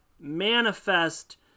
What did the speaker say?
manifest